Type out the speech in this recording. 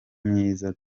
myiza